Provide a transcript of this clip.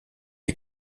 est